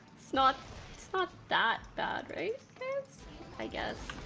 it's not it's not that bad right i guess